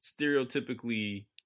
stereotypically